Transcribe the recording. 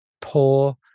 poor